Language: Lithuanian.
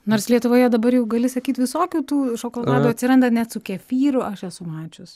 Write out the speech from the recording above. nors lietuvoje dabar jau gali sakyt visokių tų šokoladų atsiranda net su kefyru aš esu mačius